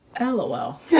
LOL